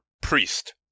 priest